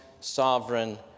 sovereign